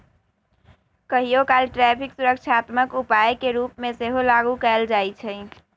कहियोकाल टैरिफ सुरक्षात्मक उपाय के रूप में सेहो लागू कएल जाइ छइ